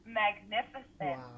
magnificent